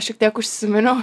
šiek tiek užsiminiau